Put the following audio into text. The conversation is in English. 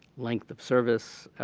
length of service,